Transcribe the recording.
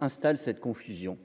Installe cette confusion.